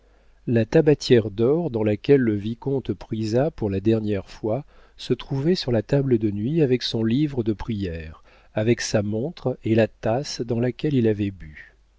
la tabatière d'or dans laquelle le vicomte prisa pour la dernière fois se trouvait sur la table de nuit avec son livre de prières avec sa montre et la tasse dans laquelle il avait bu